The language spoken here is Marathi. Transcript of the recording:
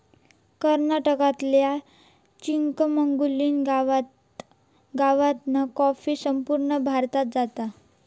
कर्नाटकातल्या चिकमंगलूर गावातना कॉफी संपूर्ण भारतात जाता